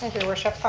and worship.